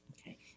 Okay